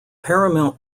paramount